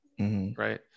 Right